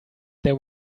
there